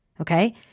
okay